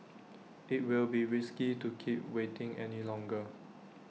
IT will be risky to keep waiting any longer